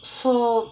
so